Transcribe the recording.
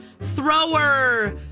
Thrower